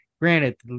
Granted